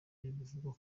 bivugwa